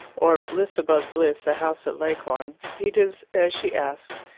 or, bliss above bliss, a house at leghorn, he did as she asked,